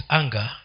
anger